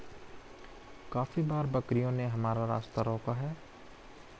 काफी बार बकरियों ने हमारा रास्ता रोका है